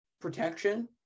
protection